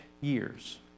years